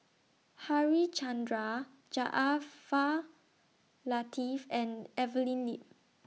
Harichandra Jaafar Latiff and Evelyn Lip